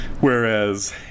Whereas